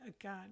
again